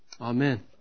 Amen